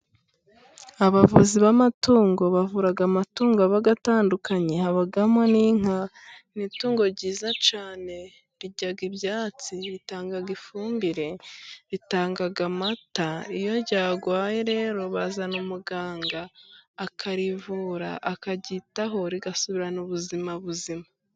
Abavuzi b'amatungo bavura amatungo aba atandukanye habamo n'inka; itungo ryiza cyane rirya ibyatsi, ritanga ifumbire ritanga amata, iyo ryarwaye rero bazana umuganga akarivura, akaryitaho, rigasubirana ubuzima buzima.